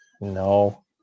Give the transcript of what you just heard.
No